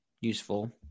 useful